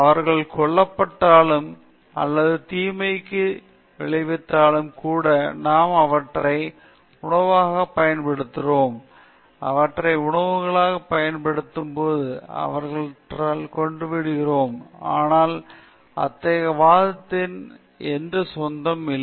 அவர்கள் கொல்லப்பட்டாலும் அல்லது தீமைக்குத் தீங்கு விளைவித்தாலும் கூட நாம் அவற்றை உணவாக பயன்படுத்துகிறோம் அவற்றை உணவுகளாகப் பயன்படுத்துகிறோம் நாம் அவற்றைக் கொன்றுவிடுகிறோம் ஆனால் அத்தகைய வாதத்தில் எந்தச் சொத்தும் இல்லை